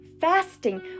Fasting